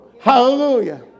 Hallelujah